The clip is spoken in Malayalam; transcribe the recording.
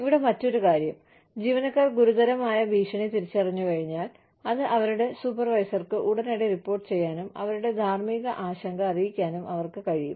ഇവിടെ മറ്റൊരു കാര്യം ജീവനക്കാർ ഗുരുതരമായ ഭീഷണി തിരിച്ചറിഞ്ഞുകഴിഞ്ഞാൽ അത് അവരുടെ സൂപ്പർവൈസർക്ക് ഉടനടി റിപ്പോർട്ട് ചെയ്യാനും അവരുടെ ധാർമ്മിക ആശങ്ക അറിയിക്കാനും അവർക്ക് കഴിയും